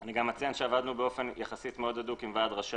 אני אציין גם שעבדנו באופן יחסית מאוד הדוק עם ועד ראשי